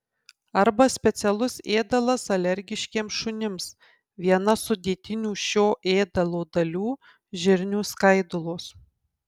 arba specialus ėdalas alergiškiems šunims viena sudėtinių šio ėdalo dalių žirnių skaidulos